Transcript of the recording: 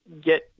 Get